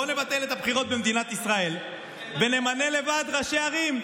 בואו נבטל את הבחירות במדינת ישראל ונמנה לבד ראשי ערים.